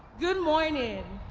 good morning.